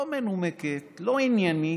לא מנומקת, לא עניינית,